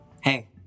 Hey